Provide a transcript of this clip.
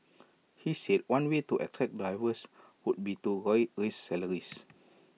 he said one way to attract drivers would be to raise salaries